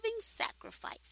sacrifice